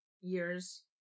years